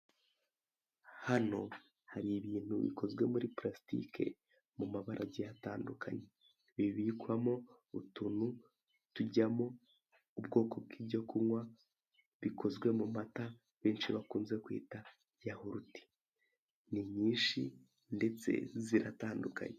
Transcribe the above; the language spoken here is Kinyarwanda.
Hano hari ibintu bikozwe muri parasitike mu mabara agiye atandukanye, bibikwamo utuntu tujyamo ubwoko bw'ibyo kunywa bikozwe mu mata benshi bakunze kwita Yahurute, ni nyinshi ndetse ziratandukanye.